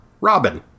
Robin